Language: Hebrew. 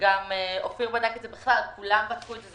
גם אופיר בדק את זה וכולם בדקו את זה.